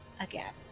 again